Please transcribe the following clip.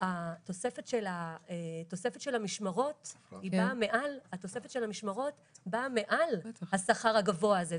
התוספת של המשמרות באה מעל השכר הגבוה הזה.